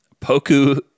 Poku